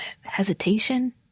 Hesitation